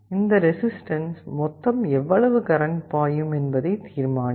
இந்த ரெசிஸ்டன்ஸ் மொத்தம் எவ்வளவு கரண்ட் பாயும் என்பதை தீர்மானிக்கும்